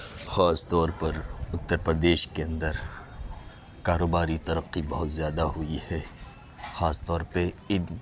خاص طور پر اتر پردیش کے اندر کاروباری ترقی بہت زیادہ ہوئی ہے خاص طور پہ ان